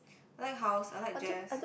like house I like jazz